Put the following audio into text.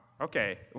Okay